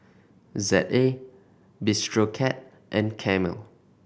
Z A Bistro Cat and Camel